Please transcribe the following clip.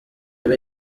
ngo